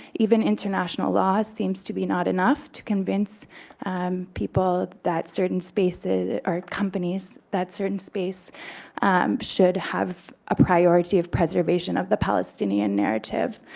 even international law seems to be not enough to convince people that certain spaces or companies that certain space should have a priority of preservation of the palestinian narrative.